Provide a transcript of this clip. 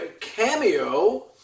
Cameo